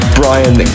brian